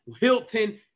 Hilton